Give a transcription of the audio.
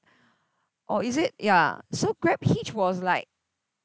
or is it ya so GrabHitch was like